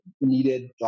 needed